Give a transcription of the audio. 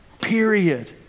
period